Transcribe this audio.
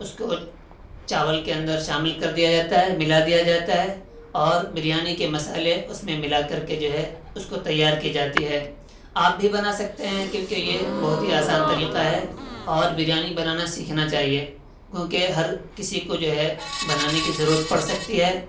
اس کو چاول کے اندر شامل کر دیا جاتا ہے ملا دیا جاتا ہے اور بریانی کے مسالے اس میں ملا کر کے جو ہے اس کو تیار کی جاتی ہے آپ بھی بنا سکتے ہیں کیونکہ یہ بہت ہی آسان طریقہ ہے اور بریانی بنانا سیکھنا چاہیے کیونکہ ہر کسی کو جو ہے بنانے کی ضرورت پڑ سکتی ہے